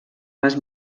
les